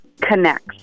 Connects